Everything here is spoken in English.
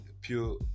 pure